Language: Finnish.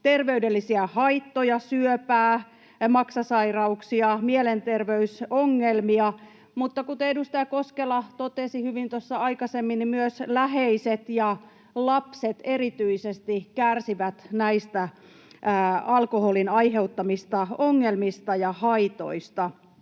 terveydellisiä haittoja — syöpää, maksasairauksia, mielenterveysongelmia — mutta kuten edustaja Koskela totesi hyvin tuossa aikaisemmin, niin myös läheiset ja erityisesti lapset kärsivät alkoholin aiheuttamista ongelmista ja haitoista.